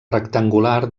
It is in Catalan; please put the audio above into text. rectangular